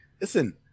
Listen